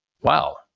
Wow